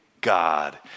God